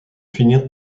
finir